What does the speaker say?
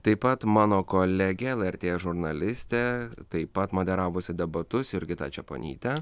taip pat mano kolegė el er tė žurnalistė taip pat moderavusi debatus jurgita čeponytė